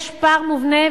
יש פער מובנה,